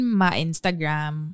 ma-Instagram